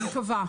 אני מקווה.